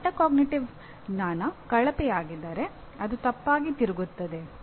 ಅವನ ಮೆಟಾಕಾಗ್ನಿಟಿವ್ ಜ್ಞಾನ ಕಳಪೆಯಾಗಿದ್ದರೆ ಅದು ತಪ್ಪಾಗಿ ತಿರುಗುತ್ತದೆ